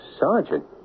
Sergeant